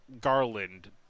Garland